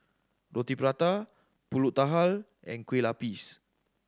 Roti Prata pulut and Kueh Lapis